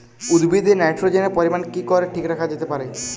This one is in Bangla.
উদ্ভিদে নাইট্রোজেনের পরিমাণ কি করে ঠিক রাখা যেতে পারে?